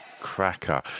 cracker